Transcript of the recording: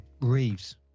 Reeves